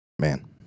Man